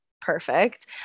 Perfect